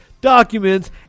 documents